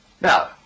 Now